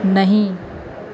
نہیں